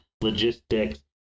logistics